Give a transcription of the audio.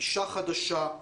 גישה חדשה,